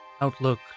Outlook